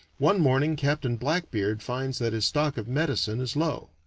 one morning captain blackbeard finds that his stock of medicine is low.